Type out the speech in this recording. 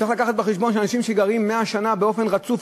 צריך להביא בחשבון שאנשים שגרים 100 שנה באופן רצוף,